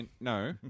No